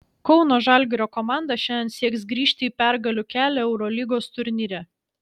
kauno žalgirio komanda šiandien sieks grįžti į pergalių kelią eurolygos turnyre